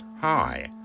Hi